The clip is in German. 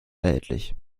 erhältlich